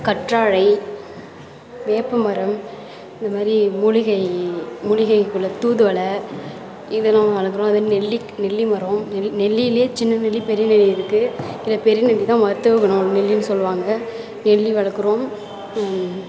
கற்றாழை வேப்பமரம் இதுமாரி மூலிகை மூலிகைக்குள்ள தூதுவளை இதெல்லாம் வளர்க்குறோம் அதேமாரி நெல்லி நெல்லிமரம் நெல்லி நெல்லிலேயே சின்ன நெல்லி பெரிய நெல்லி இருக்குது இதில் பெரிய நெல்லிதான் மருத்துவ குணம் உள்ள நெல்லினு சொல்லுவாங்க நெல்லி வளர்க்குறோம்